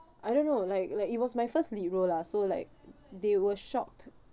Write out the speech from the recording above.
I don't know like like it was my first lead role lah so like they were shocked